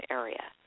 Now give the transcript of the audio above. area